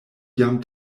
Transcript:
jam